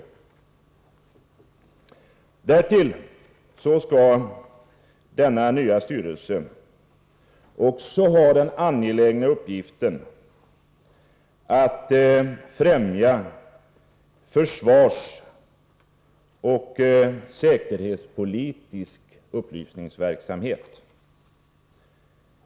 Därtill skall denna nya styrelse också ha den angelägna uppgiften att främja försvarsoch säkerhetspolitisk upplysningsverksamhet.